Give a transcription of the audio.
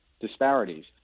disparities